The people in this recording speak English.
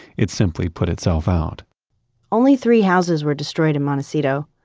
it simply put itself out only three houses were destroyed in montecito.